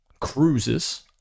cruises